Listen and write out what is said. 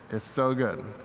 it's so good.